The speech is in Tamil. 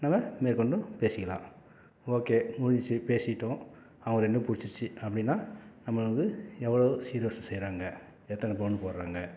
நம்ம மேற்கொண்டு பேசிக்கலாம் ஓகே முடிஞ்சிச்சு பேசிட்டோம் அவங்க ரெண்டும் பிடிச்சிருச்சி அப்படின்னா நம்ம வந்து எவ்வளோ சீர் வரிசை செய்கிறாங்க எத்தனை பவுன் போடுறாங்க